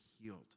healed